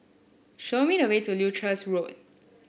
show me the way to Leuchars Road